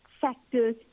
factors